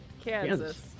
Kansas